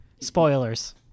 spoilers